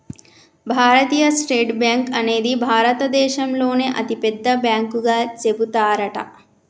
భారతీయ state bank అనేది భారత దేశంలోనే అతి పెద్ద బ్యాంకు గా చెబుతారట